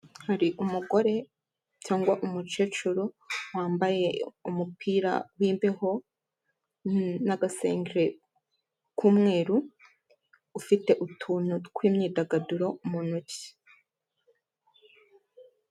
Hari umugore cyangwa umucecuru wambaye umupira w'imbeho n'agasengere k'umweru, ufite utuntu tw'imyidagaduro mu ntoki.